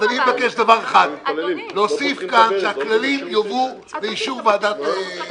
אז אני מבקש דבר אחד: להוסיף כאן שהכללים יובאו לאישור הוועדה.